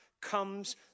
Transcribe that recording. comes